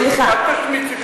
אל תשמיצי,